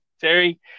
Terry